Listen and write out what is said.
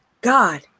God